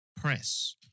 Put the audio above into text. press